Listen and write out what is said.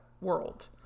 World